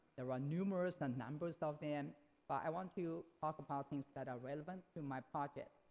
there are numerous and numbers of them but i want to talk about things that are relevant to my project.